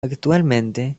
actualmente